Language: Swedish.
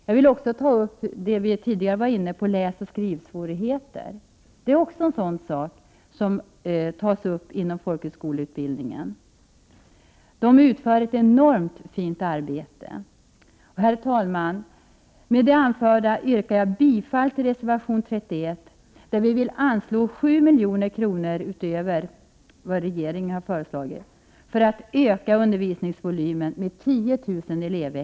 Jag vill också beröra läsoch skrivsvårigheterna som vi var inne på tidigare. Även detta problem tas upp inom folkhögskoleutbildningen. Folkhögskolorna utför ett enormt fint arbete i det avseendet. Herr talman! Med det anförda yrkar jag bifall till reservation 31, där vi vill anslå 7 milj.kr. utöver vad regeringen har föreslagit för att öka undervisningsvolymen med 10 000 elevveckor.